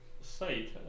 site